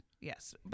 yes